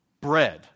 bread